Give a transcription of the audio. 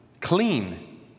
Clean